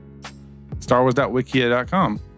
Starwars.wikia.com